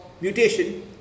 mutation